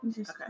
Okay